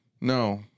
No